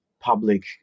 Public